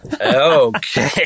Okay